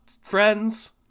Friends